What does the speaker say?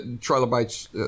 trilobites